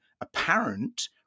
apparent